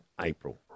April